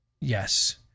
Yes